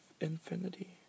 infinity